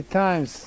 times